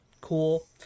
cool